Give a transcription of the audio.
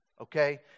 okay